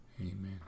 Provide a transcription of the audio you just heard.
Amen